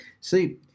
See